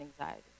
anxiety